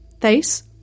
face